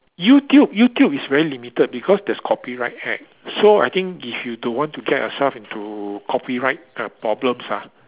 YouTube YouTube is very limited because there's copyright act so I think if you don't want to get yourself into copyright problems ah